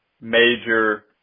major